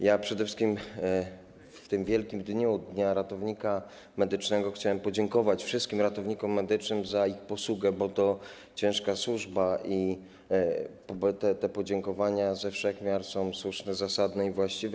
Ja przede wszystkim w tym wielkim dniu, Dniu Ratownictwa Medycznego, chciałem podziękować wszystkim ratownikom medycznym za ich posługę, bo to ciężka służba i te podziękowania ze wszech miar są słuszne, zasadne i właściwe.